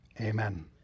amen